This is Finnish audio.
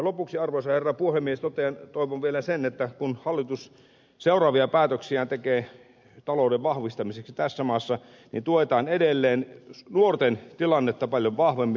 lopuksi arvoisa herra puhemies totean toivon vielä että kun hallitus seuraavia päätöksiään tekee talouden vahvistamiseksi tässä maassa niin tuetaan edelleen nuorten tilannetta paljon vahvemmin